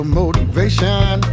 motivation